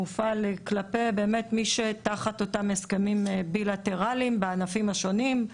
הוא מופעל כלפי מי שתחת אותם הסכמים בילטרליים בענפים השונים,